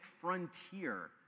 frontier